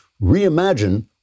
reimagine